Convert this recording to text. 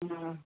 हा